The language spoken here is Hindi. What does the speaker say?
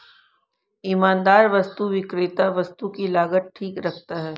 ईमानदार वस्तु विक्रेता वस्तु की लागत ठीक रखता है